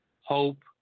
hope